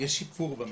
שיש שיפור במידע.